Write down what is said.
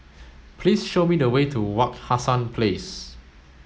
please show me the way to Wak Hassan Place